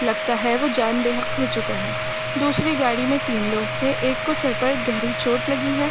لگتا ہے وہ جان بے حق ہو چکا ہے دوسری گاڑی میں تین لوگ تھے ایک کو سر پر گہری چوٹ لگی ہے